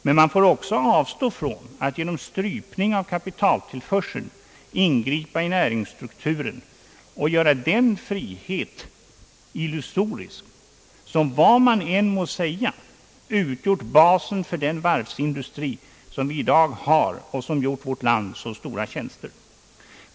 Men man får också avstå från att genom en strypning av kapitaltillförseln ingripa i näringsstrukturen och göra den frihet illusorisk som, vad man än må säga, har utgjort basen för den varvsindustri som vi i dag har och som har gjort vårt land så stora tjänster.